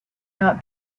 not